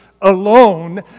alone